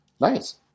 Nice